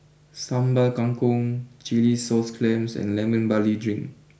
Sambal Kangkong Chilli Sauce Clams and Lemon Barley drink